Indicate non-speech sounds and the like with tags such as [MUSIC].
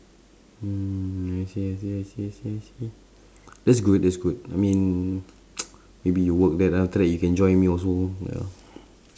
mm yes yes yes yes yes yes [NOISE] that's good that's good I mean [NOISE] maybe you work there then after that you can join me also ya [BREATH]